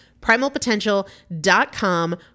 Primalpotential.com